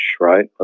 right